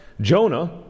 Jonah